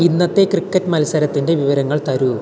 ഇന്നത്തെ ക്രിക്കറ്റ് മത്സരത്തിൻ്റെ വിവരങ്ങൾ തരൂ